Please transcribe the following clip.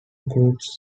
groups